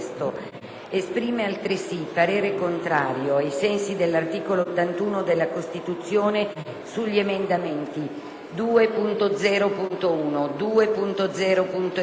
Esprime altresì parere contrario, ai sensi dell'articolo 81 della Costituzione, sugli emendamenti 2.0.1, 2.0.2,